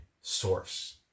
source